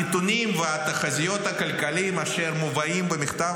הנתונים והתחזיות הכלכליות אשר מובאים במכתב